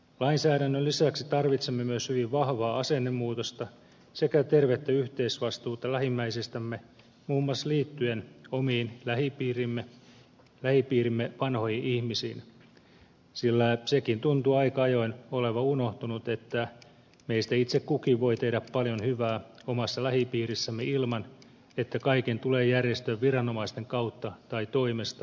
lainsäädännön lisäksi tarvitsemme myös hyvin vahvaa asennemuutosta sekä tervettä yhteisvastuuta lähimmäisistämme muun muassa liittyen oman lähipiirimme vanhoihin ihmisiin sillä sekin tuntuu aika ajoin olevan unohtunut että meistä itse kukin voi tehdä paljon hyvää omassa lähipiirissämme ilman että kaikki tulee järjestön viranomaisten kautta tai toimesta